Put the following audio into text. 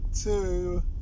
Two